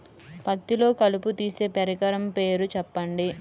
పత్తిలో కలుపు తీసే పరికరము పేరు చెప్పండి